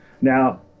Now